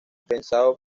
pensado